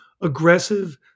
aggressive